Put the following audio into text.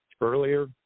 earlier